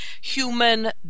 human